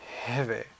Heavy